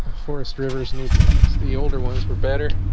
forests rivers new products the older ones were better